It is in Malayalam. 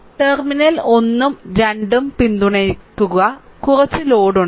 ടെർമിനൽ 1 ഉം 2 ഉം പിന്തുണയ്ക്കുക കുറച്ച് ലോഡ് ഉണ്ട്